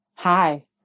Hi